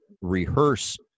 rehearse